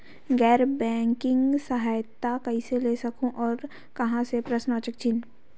गैर बैंकिंग सहायता कइसे ले सकहुं और कहाँ से?